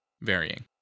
Varying